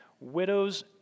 widows